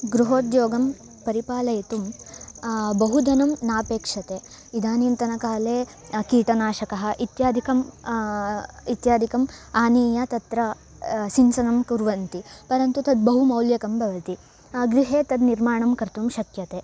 गृहोद्योगं परिपालयितुं बहुधनं नापेक्ष्यते इदानींतनकाले कीटनाशकः इत्यादिकं इत्यादिकम् आनीय तत्र सिञ्चनं कुर्वन्ति परन्तु तद् बहु मौलिकं भवति गृहे तद् निर्माणं कर्तुं शक्यते